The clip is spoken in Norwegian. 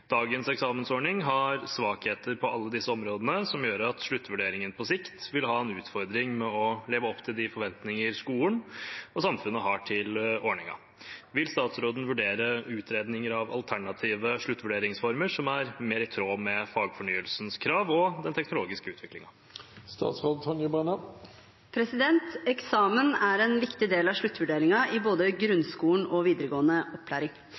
Dagens eksamensordning har svakheter på alle disse områdene som gjør at sluttvurderingen på sikt vil ha en utfordring med å leve opp til de forventningene skolen og samfunnet har til ordningen. Vil statsråden vurdere utredninger av alternative sluttvurderingsformer som er mer i tråd med fagfornyelsens krav og den teknologiske utviklingen?» Eksamen er en viktig del av sluttvurderingen i både grunnskolen og videregående opplæring.